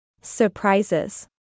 Surprises